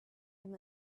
him